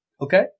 Okay